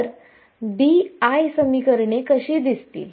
तर BI समीकरणे कशी दिसतील